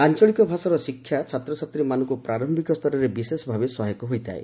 ଆଞ୍ଚଳିକ ଭାଷାର ଶିକ୍ଷା ଛାତ୍ରଛାତ୍ରୀମାନଙ୍କୁ ପ୍ରାରମ୍ଭିକ ସ୍ତରରେ ବିଶେଷ ଭାବେ ସହାୟକ ହୋଇଥାଏ